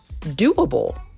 doable